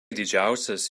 didžiausias